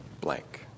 blank